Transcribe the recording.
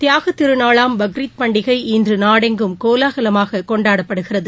தியாகத் திருநாளாம் பக்ரித் பண்டிகை இன்று நாடெங்கும் கோலாகலமாக கொண்டாடப்படுகிறது